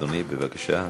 אדוני, בבקשה.